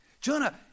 Jonah